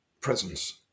presence